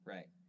Right